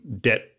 debt